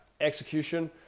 execution